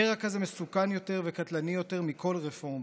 קרע כזה מסוכן יותר וקטלני יותר מכל רפורמה.